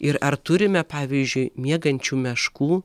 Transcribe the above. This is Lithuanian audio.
ir ar turime pavyzdžiui miegančių meškų